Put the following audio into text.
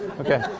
Okay